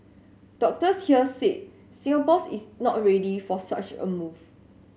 doctors here said Singapore's is not ready for such a move